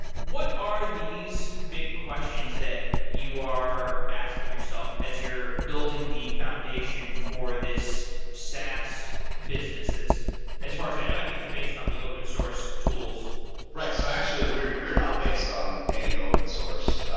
what are these big questions that you are asking yourself as you're building the foundation for this sas business that as far as i know, i think it's based on the open source tools right. so actually, we're we're not based on any open source.